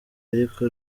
ariko